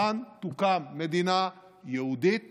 כאן תוקם מדינה יהודית